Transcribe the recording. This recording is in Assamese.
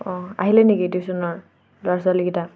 অঁ আহিলে নেকি টিউশ্যনৰ ল'ৰা ছোৱালীকেইটা